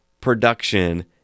production